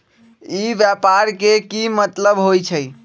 ई व्यापार के की मतलब होई छई?